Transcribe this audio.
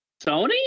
Sony